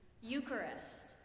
Eucharist